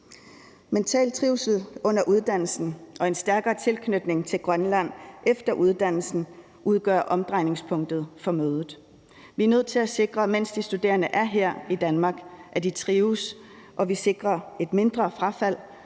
Mental trivsel under uddannelsen og en stærkere tilknytning til Grønland efter uddannelsen udgør omdrejningspunktet for mødet. Mens de studerende er her i Danmark, er vi nødt til at sikre, at de trives,